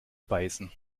beißen